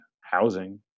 housing